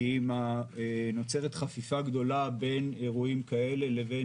כי נוצרת חפיפה גדולה בין אירועים כאלה לבין